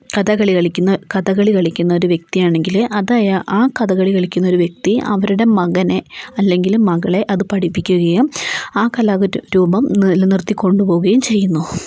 കഥകളി കളിക്കുന്ന കഥകളി കളിക്കുന്ന ഒരു വ്യക്തിയാണെങ്കിൽ അത് ആ കഥകളി കളിക്കുന്ന ഒരു വ്യക്തി അവരുടെ മകനെ അല്ലെങ്കിൽ മകളെ അത് പഠിപ്പിക്കുകയും ആ കലാരൂപം നിലനിർത്തി കൊണ്ടുപോവുകയും ചെയ്യുന്നു